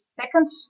second